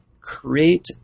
create